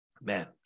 Man